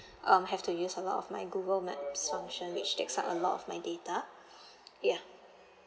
um have to use a lot of my Google maps function which takes up a lot of my data ya